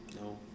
No